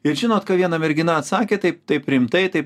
ir žinot ką viena mergina atsakė taip taip rimtai taip